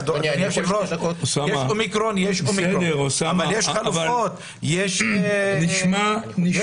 יש אומיקרון, אבל יש חלופות.